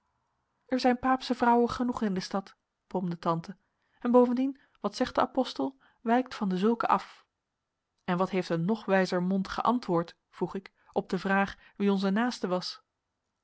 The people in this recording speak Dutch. er zijn paapsche vrouwen genoeg in de stad bromde tante en bovendien wat zegt de apostel wijckt van desulcke af en wat heeft een nog wijzer mond geantwoord vroeg ik op de vraag wie onze naaste was